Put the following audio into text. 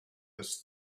this